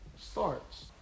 starts